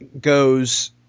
goes